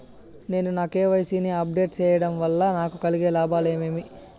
నేను నా కె.వై.సి ని అప్ డేట్ సేయడం వల్ల నాకు కలిగే లాభాలు ఏమేమీ?